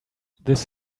this